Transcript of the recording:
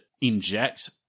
inject